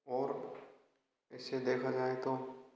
और इसे देखा जाए तो